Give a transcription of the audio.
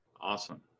Awesome